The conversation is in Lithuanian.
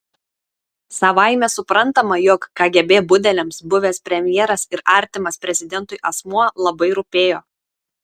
savaime suprantama jog kgb budeliams buvęs premjeras ir artimas prezidentui asmuo labai rūpėjo